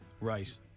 Right